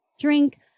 drink